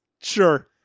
Sure